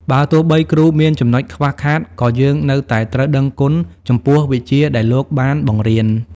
បើទោះបីគ្រូមានចំណុចខ្វះខាត ក៏យើងនៅតែត្រូវដឹងគុណចំពោះវិជ្ជាដែលលោកបានបង្រៀន។